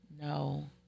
No